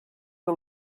que